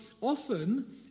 often